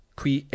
qui